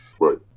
Right